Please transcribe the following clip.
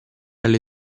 alle